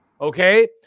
okay